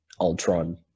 ultron